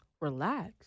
Relax